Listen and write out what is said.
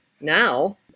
now